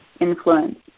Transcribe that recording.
influence